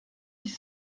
dix